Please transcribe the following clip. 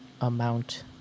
amount